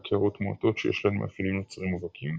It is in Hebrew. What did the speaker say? קערות מועטות שיש להן מאפיינים נוצריים מובהקים,